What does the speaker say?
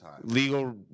Legal